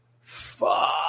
Fuck